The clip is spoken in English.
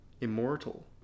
immortal